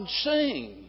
sing